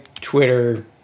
Twitter